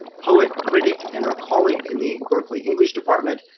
poet critic and our colleague in the berkeley, english department,